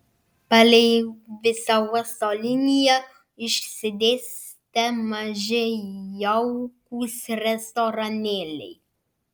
palei visą uosto liniją išsidėstę maži jaukūs restoranėliai